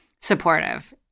supportive